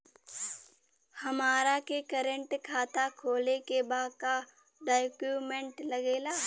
हमारा के करेंट खाता खोले के बा का डॉक्यूमेंट लागेला?